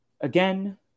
again